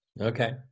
Okay